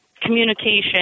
communication